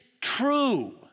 true